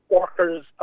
workers